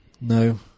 no